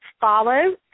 follow